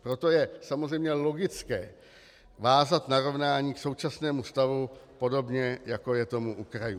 Proto je samozřejmě logické vázat narovnání k současnému stavu, podobně jako je tomu u krajů.